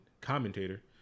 commentator